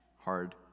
hard